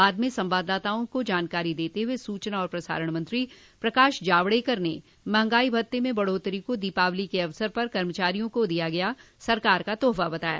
बाद में संवाददाताओं को जानकारी देते हुए सूचना और प्रसारण मंत्री प्रकाश जावड़ेकर ने महंगाई भत्ते में बढ़ोतरी को दीपावली के अवसर पर कर्मचारियों को दिया गया सरकार का तोहफा बताया